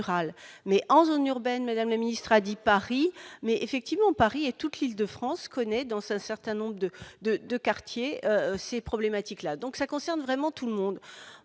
mais en zone urbaine Madame le ministre a dit Paris mais effectivement, Paris et toute l'Île-de-France connaît dans sa certain nombre de de de quartier ces problématiques là, donc ça concerne vraiment tout le monde,